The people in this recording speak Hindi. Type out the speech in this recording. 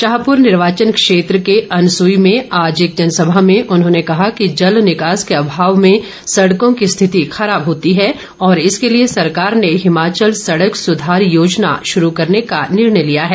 शाहपुर निर्वाचन क्षेत्र के अनसुई में आज एक जनसभा में उन्होंने कहा कि जल निकास के अभाव में सडकों की स्थिति खराब होती है और इसके लिए सरकार ने हिमाचल सड़क सुधार योजना शुरू करने का निर्णय लिया है